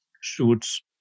shoots